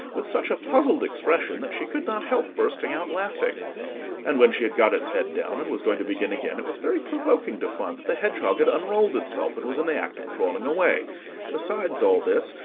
with such a puzzled expression that she could not help bursting out laughing and when she had got its head down, and was going to begin again, it was very provoking to find that the hedgehog had unrolled itself, and was in the act of crawling away besides all this,